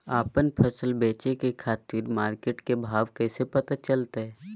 आपन फसल बेचे के खातिर मार्केट के भाव कैसे पता चलतय?